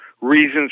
reasons